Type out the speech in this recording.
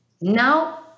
now